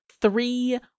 three